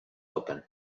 open